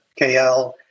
KL